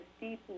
deep